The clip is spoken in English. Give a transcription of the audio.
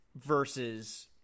versus